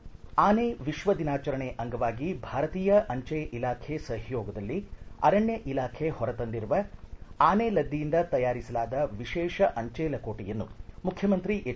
ಚುಟುಕು ಸುದ್ದಿ ಆನೆ ವಿಶ್ವ ದಿನಾಚರಣೆ ಅಂಗವಾಗಿ ಭಾರತೀಯ ಅಂಚೆ ಇಲಾಖೆ ಸಹಯೋಗದಲ್ಲಿ ಅರಣ್ಯ ಇಲಾಖೆ ಹೊರತಂದಿರುವ ಆನೆ ಲದ್ದಿಯಿಂದ ತಯಾರಿಸಲಾದ ವಿಶೇಷ ಅಂಚೆ ಲಕೋಟೆಯನ್ನು ಮುಖ್ಯಮಂತ್ರಿ ಎಚ್